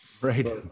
Right